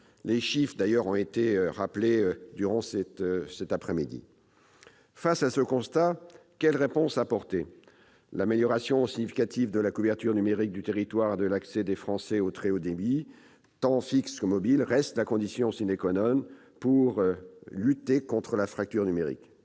les chiffres en la matière ont été rappelés au cours du débat. Face à ce constat, quelles réponses apporter ? L'amélioration significative de la couverture numérique du territoire et de l'accès des Français au très haut débit, tant fixe que mobile, reste la condition pour lutter contre la fracture numérique.